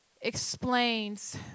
explains